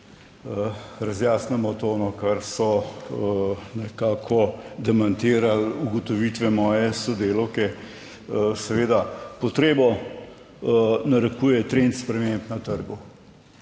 razjasnimo to, kar so nekako demantirali ugotovitve moje sodelavke. Seveda potrebo narekuje trend sprememb na trgu.